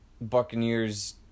Buccaneers